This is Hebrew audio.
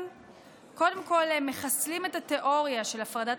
קודם כול הם מחסלים את התיאוריה של הפרדת